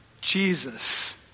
Jesus